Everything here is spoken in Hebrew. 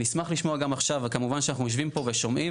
אני אשמח לשמוע גם עכשיו וכמובן שאנחנו יושבים פה ושומעים